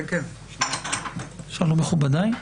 שלום, מכובדיי.